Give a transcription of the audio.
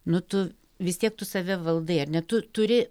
nu tu vis tiek tu save valdai ar ne tu turi